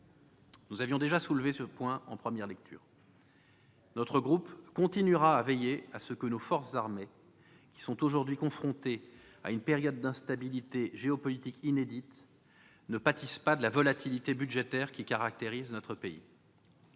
Nous avions déjà soulevé ce point en première lecture. Mon groupe continuera à veiller à ce que nos forces armées, qui sont aujourd'hui confrontées à une période d'instabilité géopolitique inédite, ne pâtissent pas de la volatilité budgétaire qui caractérise notre pays.